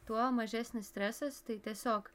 tuo mažesnis stresas tai tiesiog